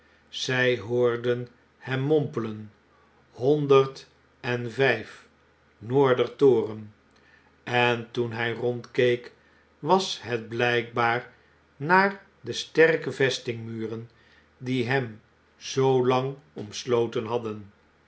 zii hoorden hem mompelen honderd en vjjf noorder toren en toen hij rondkeek was het blgkbaar naar de sterke vestingmuren die hem zoo lang omsloten hadden